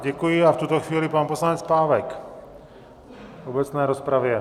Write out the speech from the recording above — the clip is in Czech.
Děkuji a v tuto chvíli pan poslanec Pávek v obecné rozpravě.